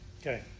Okay